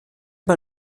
mal